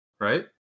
right